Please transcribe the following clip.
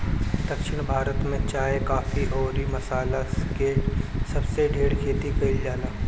दक्षिण भारत में चाय, काफी अउरी मसाला के सबसे ढेर खेती कईल जाला